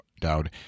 Dowd